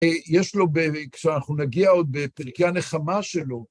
יש לו, כשאנחנו נגיע עוד בפרקי הנחמה שלו,